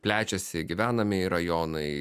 plečiasi gyvenamieji rajonai